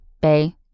Bay